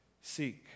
seek